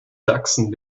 sachsen